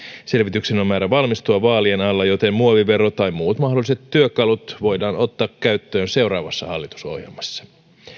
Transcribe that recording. selvityksen on määrä valmistua vaalien alla joten muovivero tai muut mahdolliset työkalut voidaan ottaa käyttöön seuraavassa hallitusohjelmassa